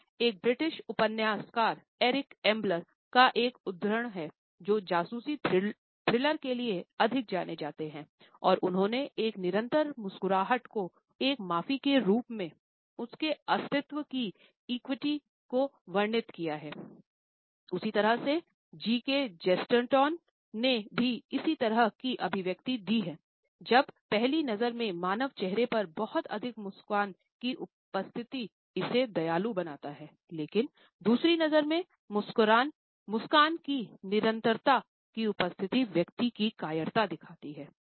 पहले एक ब्रिटिश उपन्यासकार एरिक एंबलर ने भी इसी तरह की अभिव्यक्ति दी है जब पहली नज़र में मानव चेहरे पर बहुत अधिक मुस्कान की उपस्थिति इसे दयालु बनाता है लेकिन दूसरी नज़र में मुस्कान की निरंतरता की उपस्थिति व्यक्ति की कायरता दिखाती है